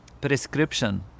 prescription